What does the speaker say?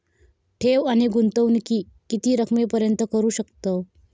ठेव आणि गुंतवणूकी किती रकमेपर्यंत करू शकतव?